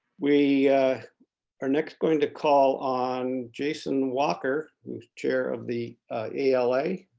we are next going to call on jason walker who's chair of the ala.